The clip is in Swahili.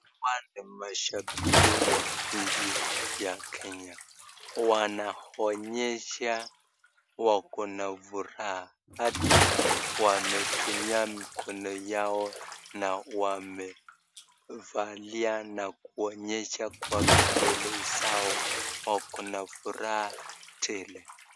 Hawa ni mashabiki wa nchi ya Kenya. Wanaonyesha wako na furaha hadi wametumia mikono yao na wamevalia na kuonyesha kwa kidole zao wako na furaha tele.